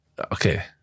okay